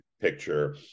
picture